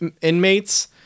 inmates